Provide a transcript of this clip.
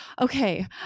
Okay